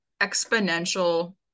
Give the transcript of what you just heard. exponential